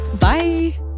Bye